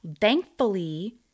thankfully